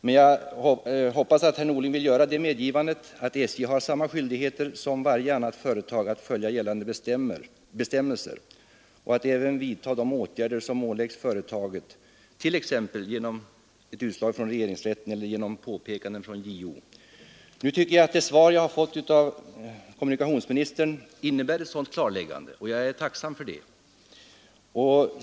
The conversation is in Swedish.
Men jag hoppas att herr Norling vill göra det medgivandet att SJ har samma skyldigheter som varje annat företag att följa gällande bestämmelser och även vidta de åtgärder som åläggs företaget, t.ex. genom utslag i regeringsrätten och genom påpekanden från JO. Det svar som jag har fått av kommunikationsministern innebär ett sådant klarläggande, och jag är tacksam för detta.